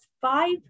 five